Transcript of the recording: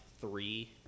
three